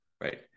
right